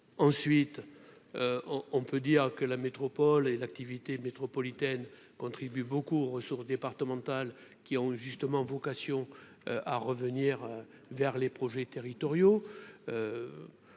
ensuite on on peut dire que la métropole et l'activité métropolitaine contribue beaucoup ressources départementales qui ont justement vocation à revenir vers les projets territoriaux